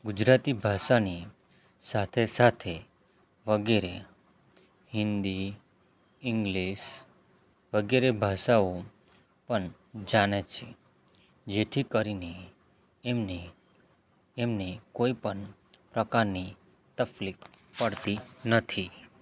ગુજરાતી ભાષાને સાથે સાથે વગેરે હિન્દી ઇંગ્લિસ વગેરે ભાષાઓ પણ જાણે છે જેથી કરીને એમને એમને કોઈપણ પ્રકારની તકલીફ પડતી નથી